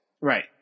Right